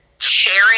Sharing